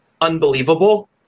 unbelievable